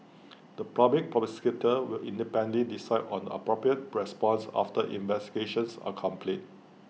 the Public Prosecutor will independently decide on appropriate response after investigations are complete